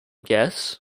guess